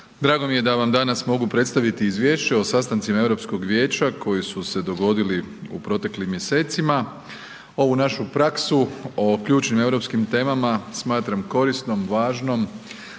Drago mi je da vam danas mogu predstaviti izvješće o sastancima Europskog vijeća koji su se dogodili u proteklim mjesecima. Ovu našu praksu o ključnim europskim temama smatram korisnom, važnom